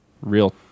real